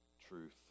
truth